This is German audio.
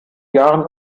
jahren